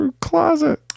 closet